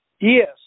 yes